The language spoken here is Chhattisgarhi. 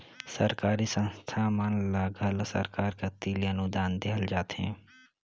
सरकारी संस्था मन ल घलो सरकार कती ले अनुदान देहल जाथे